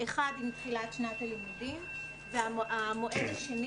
הראשון עם תחילת שנת הלימודים והמועד השני